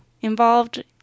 involved